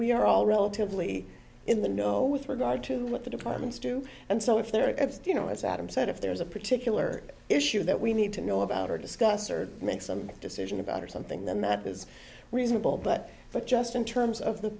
we are all relatively in the know with regard to what the departments do and so if there are you know as adam said if there's a particular issue that we need to know about her discuss or make some decision about or something then that is reasonable but but just in terms of the